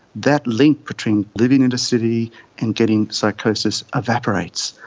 that link between living in a city and getting psychosis evaporates.